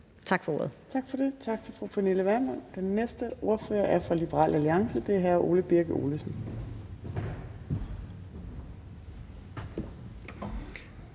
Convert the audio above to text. Torp): Tak for det til fru Pernille Vermund. Den næste ordfører er fra Liberal Alliance, og det er hr. Ole Birk Olesen.